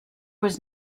was